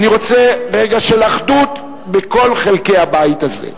אני רוצה רגע של אחדות בכל חלקי הבית הזה.